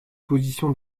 position